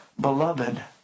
beloved